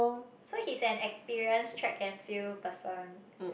so he's an experienced track and field person